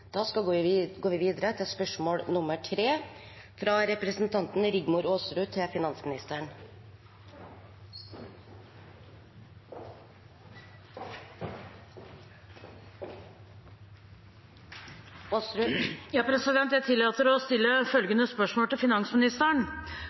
går vi videre til spørsmål nr. 3, fra representanten Rigmor Aasrud til finansministeren. Jeg tillater meg å stille